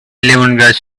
lemongrass